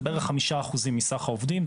זה בערך חמישה אחוזים מסך העובדים,